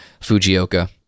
Fujioka